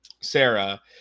Sarah